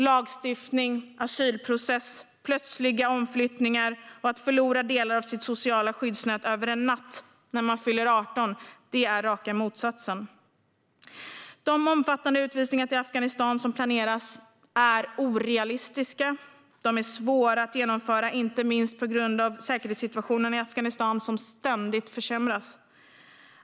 Lagstiftningen, asylprocessen, plötsliga omflyttningar och att förlora delar av sitt sociala skyddsnät över en natt när man fyller 18 är raka motsatsen till det. De omfattande utvisningar till Afghanistan som planeras är orealistiska. De är svåra att genomföra, inte minst på grund av säkerhetssituationen i Afghanistan, som ständigt försämras.